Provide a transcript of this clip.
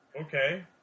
Okay